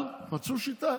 אבל מצאו שיטה: